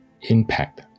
impact